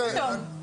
מה פתאום.